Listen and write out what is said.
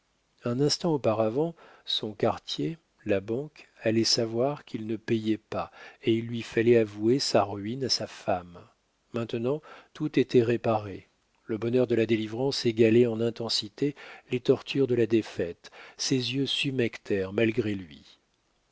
un instant auparavant son quartier la banque allaient savoir qu'il ne payait pas et il lui fallait avouer sa ruine à sa femme maintenant tout était réparé le bonheur de la délivrance égalait en intensité les tortures de la défaite ses yeux s'humectèrent malgré lui